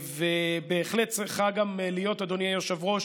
ובהחלט צריכה גם להיות, אדוני היושב-ראש,